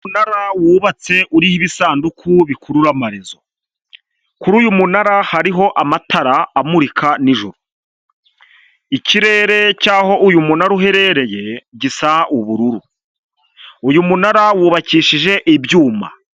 Umunara wubatse uriho ibisanduku bikurura amarizo, kuri uyu munara hariho amatara amurika nijoro, ikirere cy'aho uyu munara uherereye gisa ubururu, uyu munara wubakishije ibyuma.